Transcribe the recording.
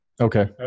Okay